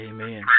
Amen